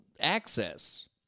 Access